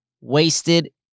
Wasted